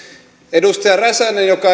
edustaja räsänen joka